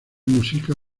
música